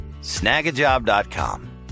snagajob.com